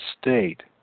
state